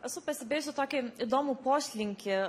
esu pastebėjusi tokį įdomų poslinkį